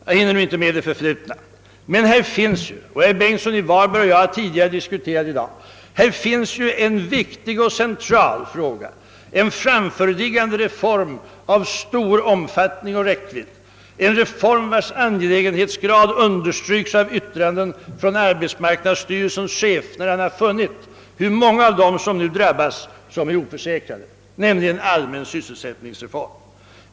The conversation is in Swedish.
Jag hinner inte med det förflutna, men nu finns det, såsom herr Bengtsson i Varberg och jag diskuterade tidigare i dag, en viktig och central fråga, en framförliggande reform av stor räckvidd, en reform vars angelägenhetsgrad understryks av yttranden från arbetsmarknadsstyrelsens chef, som funnit att många av dem som nu drabbas av arbetslöshet är oförsäkrade — det gäller alltså en allmän sysselsättningsförsäkring.